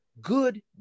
good